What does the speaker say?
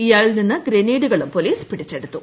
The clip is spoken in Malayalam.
ഇയാളിൽ നിന്ന് ഗ്രനേഡുകളും പൊലീസ് പിടിച്ചെടുത്തു